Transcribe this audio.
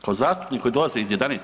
Kao zastupnik koji dolazi iz 11.